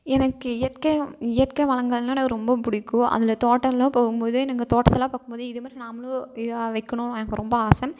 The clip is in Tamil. எனக்கு இயற்கை இயற்கை வளங்கள்னால் எனக்கு ரொம்ப பிடிக்கும் அதில் தோட்டம் எல்லாம் போகும்போது எனக்கு தோட்டத்தலாம் பார்க்கும்போது இது மாதிரி நாமளும் இதாக வைக்கணும் எனக்கு ரொம்ப ஆசை